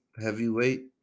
heavyweight